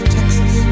Texas